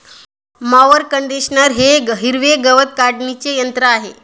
mower conditioner हे हिरवे गवत काढणीचे यंत्र आहे